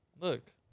Look